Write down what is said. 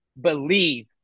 believe